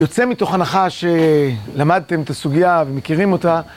יוצא מתוך הנחה שלמדתם את הסוגיה ומכירים אותה.